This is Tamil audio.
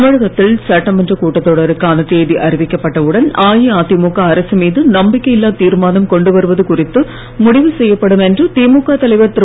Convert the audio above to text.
தமிழகத்தில் சட்டமன்ற கூட்டத் தொடருக்கான தேதி அறிவிக்கப்பட்ட உடன் அஇஅதிமுக அரசு மீது நம்பிக்கை இல்லா தீர்மானம் கொண்டுவருவது குறித்து முடிவு செய்யப்படும் என்று திமுக தலைவர் திரு